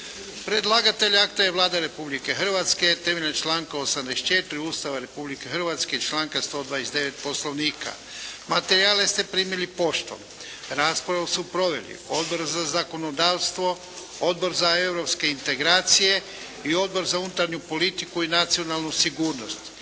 Predlagatelj akta je Vlada Republike Hrvatske. Temeljem članka 84. Ustava Republike Hrvatske i članka 129. Poslovnika, materijale ste primili poštom. Raspravu su proveli Odbor za zakonodavstvo, Odbor za europske integracije i Odbor za unutarnju politiku i nacionalnu sigurnost.